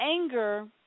anger